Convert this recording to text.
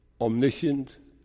omniscient